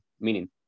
meaning